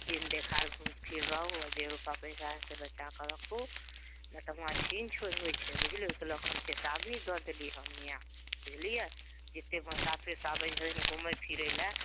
दिन देखार घुरि फिर लु आ जे रुपा पैसा हए से बचा कऽ रखु नहि तऽ वहांँ छीन छोड़ होयत छै बुझलियै ओहिके लऽ कऽ हम चेतावनी दऽ देली हम हियाँ बुझलियै जतेक मोसाफिर आबै हय घुमै फिरै लऽ